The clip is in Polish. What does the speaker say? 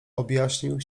objaśnił